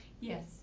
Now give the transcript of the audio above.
Yes